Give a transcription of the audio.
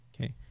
Okay